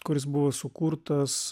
kuris buvo sukurtas